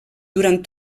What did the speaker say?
durant